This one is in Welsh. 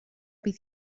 bydd